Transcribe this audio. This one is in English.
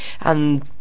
and